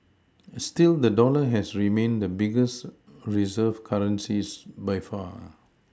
still the dollar has remained the biggest Reserve currencies by far